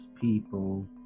people